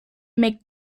make